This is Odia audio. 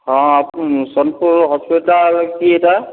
ହଁ ସୋନ୍ପୁର୍ ହସ୍ପିଟାଲ୍ କି ଏ'ଟା